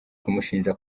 kumushinja